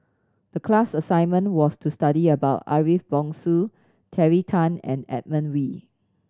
the class assignment was to study about Ariff Bongso Terry Tan and Edmund Wee